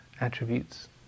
attributes